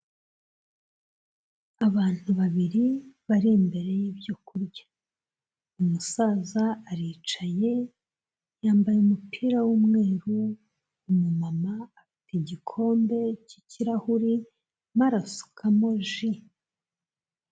Abantu babiri bari imbere y'ibyo kurya. Umusaza aricaye yambaye umupira w'umweru, umumama afite igikombe cy'ikirahure arimo arasukamo ji.